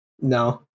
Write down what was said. No